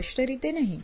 સ્પષ્ટ રીતે નહિ